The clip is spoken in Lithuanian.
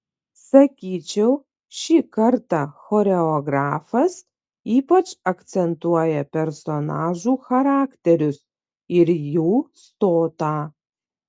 sakyčiau šį kartą choreografas ypač akcentuoja personažų charakterius ir jų stotą